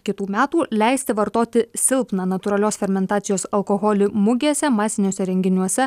kitų metų leisti vartoti silpną natūralios fermentacijos alkoholį mugėse masiniuose renginiuose